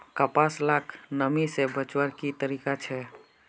कपास लाक नमी से बचवार की तरीका छे?